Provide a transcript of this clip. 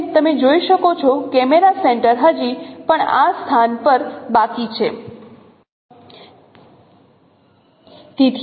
જેમ તમે જોઈ શકો છો કેમેરા સેન્ટર હજી પણ આ સ્થાન પર બાકી છે